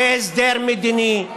להסדר מדיני.